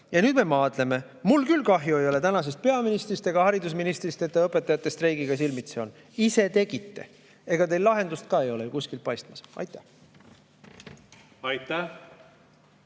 Ja nüüd me maadleme. Mul küll kahju ei ole ei tänasest peaministrist ega haridusministrist, et nad õpetajate streigiga silmitsi on. Ise tegite! Ega teil lahendust ka ei ole kuskilt paistmas. Aitäh! Aitäh!